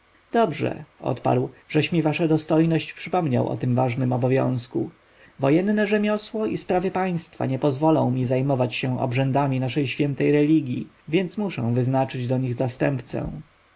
dobrze odparł żeś mi wasza dostojność przypomniał o tym ważnym obowiązku wojenne rzemiosło i sprawy państwa nie pozwolą mi zajmować się obrzędami naszej świętej religji więc muszę wyznaczyć do nich zastępcę